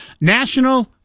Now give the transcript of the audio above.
national